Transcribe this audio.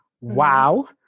Wow